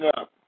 up